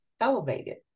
Elevated